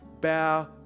bow